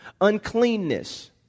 Uncleanness